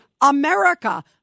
America